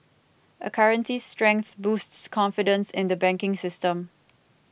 a currency's strength boosts confidence in the banking system